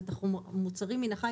צריך להחריג גם את המוצרים מן החי.